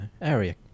area